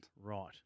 Right